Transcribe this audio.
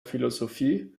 philosophie